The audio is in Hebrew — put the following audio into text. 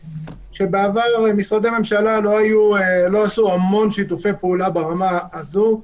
בעבר משרדי הממשלה לא עשו המון שיתופי פעולה ברמה הזו.